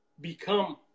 become